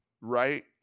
right